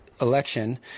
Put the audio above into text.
election